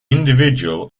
individual